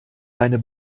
deine